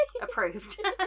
Approved